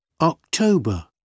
October